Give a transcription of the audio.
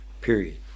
Period